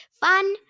Fun